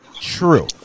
true